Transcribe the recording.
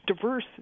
diverse